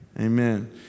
Amen